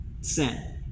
sin